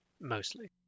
mostly